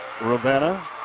Ravenna